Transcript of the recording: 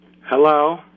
Hello